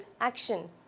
action